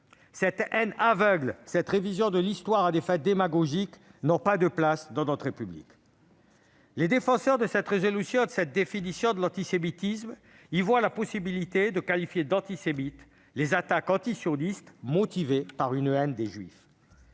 Cette haine aveugle, cette révision de l'histoire à des fins démagogiques n'ont pas de place dans notre république. Les défenseurs de cette résolution et de cette définition de l'antisémitisme y voient la possibilité de qualifier d'antisémites les attaques antisionistes motivées par une haine des juifs.